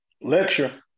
Lecture